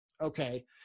okay